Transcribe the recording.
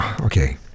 Okay